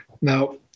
Now